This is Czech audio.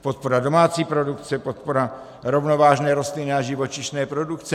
Podpora domácí produkce, podpora rovnovážné rostlinné a živočišné produkce.